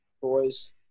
boys